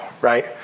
right